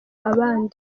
abandi